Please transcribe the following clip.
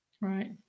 Right